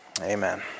Amen